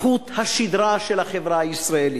חוט השדרה של החברה הישראלית.